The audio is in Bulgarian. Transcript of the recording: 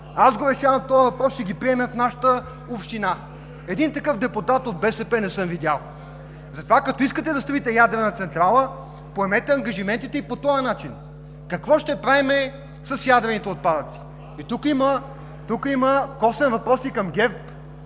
решавам този въпрос и ще ги приемем в нашата община“. Един такъв депутат от БСП не съм видял! Затова като искате да строите ядрена централа, поемете ангажиментите и по този начин – какво ще правим с ядрените отпадъци. Тук има косвен въпрос и към ГЕРБ